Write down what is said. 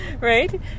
Right